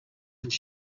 since